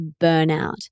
burnout